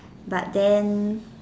but then